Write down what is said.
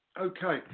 Okay